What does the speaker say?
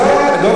דב חנין,